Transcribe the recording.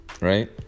right